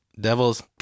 Devils